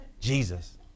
Jesus